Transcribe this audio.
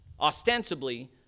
Ostensibly